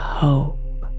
hope